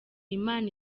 imana